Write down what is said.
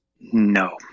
No